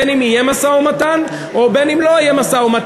בין אם יהיה משא-ומתן ובין אם לא יהיה משא-ומתן.